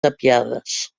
tapiades